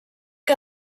que